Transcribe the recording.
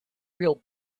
real